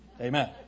amen